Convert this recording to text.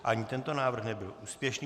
Ani tento návrh nebyl úspěšný.